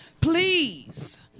please